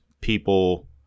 people